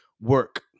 work